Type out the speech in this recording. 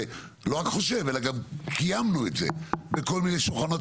ולא רק חושב אלא גם קיימנו את זה בכל מיני שולחנות